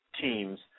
teams